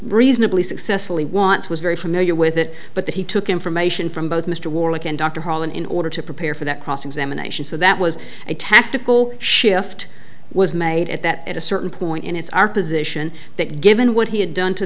reasonably successfully wants was very familiar with it but that he took information from both mr warwick and dr harlan in order to prepare for that cross examination so that was a tactical shift was made at that at a certain point and it's our position that given what he had done to